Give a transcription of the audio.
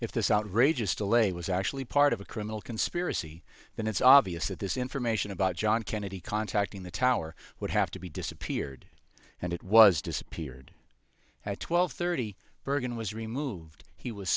if this outrageous delay was actually part of a criminal conspiracy then it's obvious that this information about john kennedy contacting the tower would have to be disappeared and it was disappeared at twelve thirty bergen was removed he was